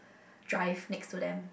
drive next to them